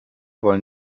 wollen